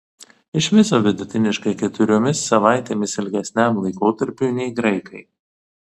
iš viso vidutiniškai keturiomis savaitėmis ilgesniam laikotarpiui nei graikai